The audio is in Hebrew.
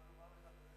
אני חייב לומר לך,